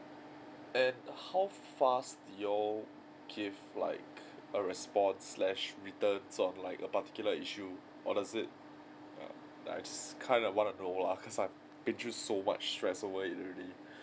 and how fast you'll give like a response slash return on like a particular issue or does it I just kind wanna know lah because I've been through so much stress over it already